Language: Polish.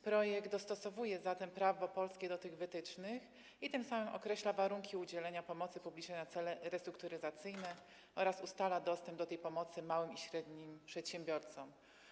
Projekt dostosowuje zatem prawo polskie do tych wytycznych i tym samym określa warunki udzielania pomocy publicznej na cele restrukturyzacyjne oraz ustala dostęp do tej pomocy w odniesieniu do małych i średnich przedsiębiorców.